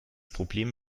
problem